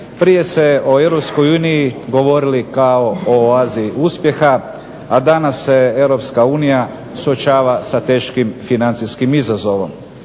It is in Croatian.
Prije se o EU govorilo kao o oazi uspjeha, a danas se EU suočava sa teškim financijskim izazovom.